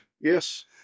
Yes